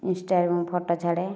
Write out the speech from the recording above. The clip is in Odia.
ଇନଷ୍ଟାରେ ମୁଁ ଫଟୋ ଛାଡ଼େ